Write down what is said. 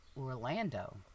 Orlando